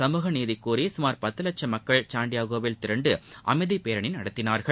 சமூகநீதி கோரி சுமார் பத்து லட்சம் மக்கள் சாண்டிகோவில் திரண்டு அமைதி பேரணி நடத்தினார்கள்